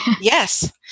Yes